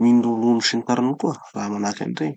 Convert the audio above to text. mino ronono sy ny tariny koa. Raha manahaky anizay.